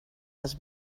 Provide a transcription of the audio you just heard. les